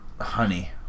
honey